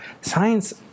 Science